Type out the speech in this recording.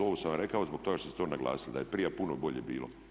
To sam rekao zbog toga što ste to naglasili da je prije puno bolje bilo.